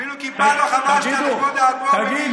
אפילו כיפה לא חבשת לכבוד האדמו"ר מוויז'ניץ.